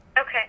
Okay